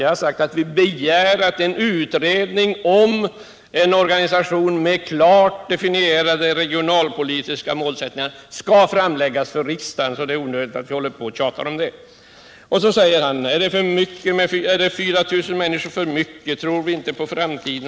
Jag har sagt att vi begär att en utredning om en organisation med klart definierade regionalpolitiska målsättningar skall framläggas för riksdagen. Det är onödigt att vi håller på och tjatar om det. Vidare frågade han: Är 4000 människor för mycket? Tror ni inte på framtiden?